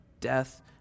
Death